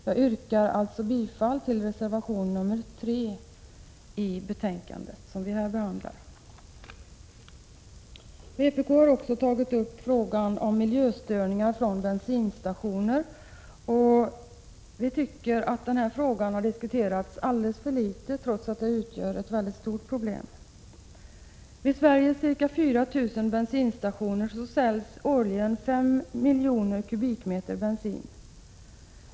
Jag yrkar bifall till reservation 3 i det betänkande som här behandlas. Vpk har också tagit upp frågan om miljöstörningar från bensinstationer, och vi tycker att denna fråga har diskuterats alldeles för litet, trots att detta utgör ett mycket stort problem. Vid Sveriges ca 4 000 bensinstationer säljs årligen 5 miljoner kubikmeter bensin.